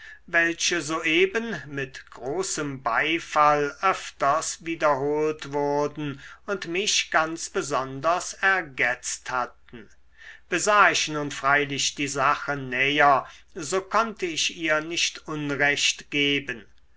welche soeben mit großem beifall öfters wiederholt wurden und mich ganz besonders ergetzt hatten besah ich nun freilich die sache näher so konnte ich ihr nicht unrecht geben